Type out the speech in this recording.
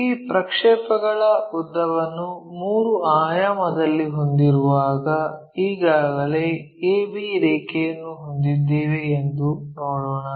ಈ ಪ್ರಕ್ಷೇಪಗಳ ಉದ್ದವನ್ನು 3 ಆಯಾಮದಲ್ಲಿ ಹೊಂದಿರುವಾಗ ಈಗಾಗಲೇ AB ರೇಖೆಯನ್ನು ಹೊಂದಿದ್ದೇವೆ ಎಂದು ನೋಡೋಣ